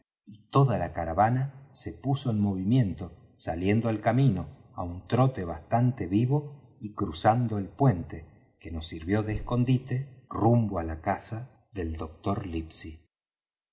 toda la caravana se puso en movimiento saliendo al camino á un trote bastante vivo y cruzando el puente que nos sirvió de escondite rumbo á la casa del doctor